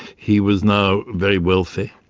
he was now very wealthy.